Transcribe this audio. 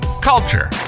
culture